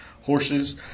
horses